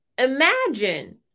Imagine